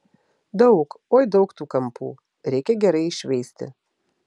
daug oi daug tų kampų reikia gerai iššveisti